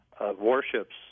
warships